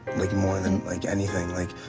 like more than like anything. like,